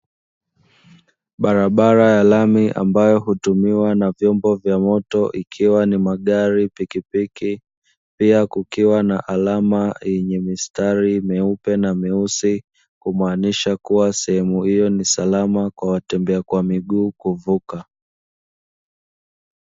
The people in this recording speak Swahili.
Barabara ya lami ambayo hutumiwa na vyombo vya moto ikiwa ni magari, pikipiki pia kukiwa na alama yenye mistari meupe na meusi kumaanisha kuwa sehemu hiyo ni salama kwa watembea kwa miguu kuvuka.